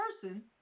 person